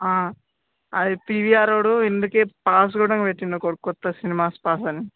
అది పీవీఆరోడు ఇందుకే పాస్ కూడా పెట్టాడు ఇప్పుడు క్రొత్త సినిమాస్ పాసని